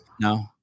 no